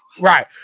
Right